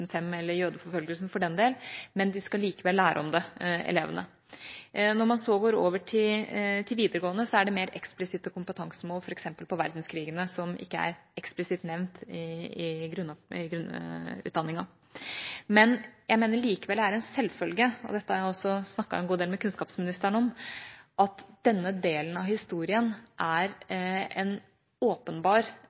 eller jødeforfølgelsen for den del, men elevene skal likevel lære om det. Når man så går over til videregående, er det mer eksplisitte kompetansemål f.eks. på verdenskrigene, som ikke er eksplisitt nevnt i grunnutdanningen. Jeg mener likevel det er en selvfølge – og dette har jeg også snakket en god del med kunnskapsministeren om – at denne delen av historien er en åpenbar